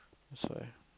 I'm sorry